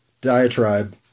diatribe